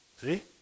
See